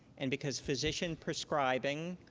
and because physician prescribing